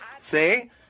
See